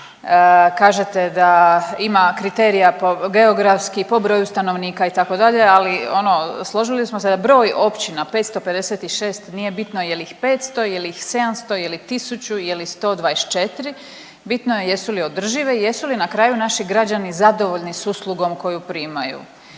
Kažete da ima kriterija po, geografski po broju stanovnika itd., ali ono složili smo se da broj općina 556 nije bitno jel ih 500, jel ih 700, jel ih 1000, je li 124, bitno je jesu li održive i jesu li na kraju naši građani zadovoljni s uslugom koju primaju,